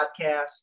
podcast